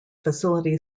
facility